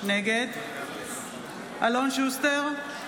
נגד אלון שוסטר,